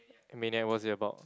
Maniac what is it about